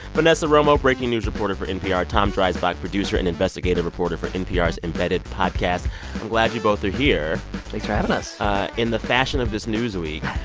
vanessa romo, breaking news reporter for npr tom dreisbach, producer and investigative reporter for npr's embedded podcast i'm glad you both are here thanks like for having us in the fashion of this news week,